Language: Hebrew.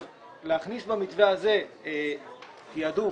להכניס במתווה הזה תעדוף,